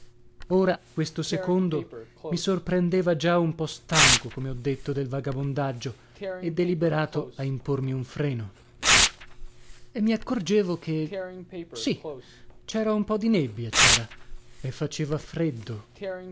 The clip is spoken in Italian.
ora questo secondo mi sorprendeva già un po stanco come ho detto del vagabondaggio e deliberato a impormi un freno e mi accorgevo che sì cera un po di nebbia cera e faceva freddo